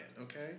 okay